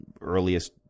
earliest